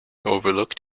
overlooked